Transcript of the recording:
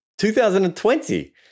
2020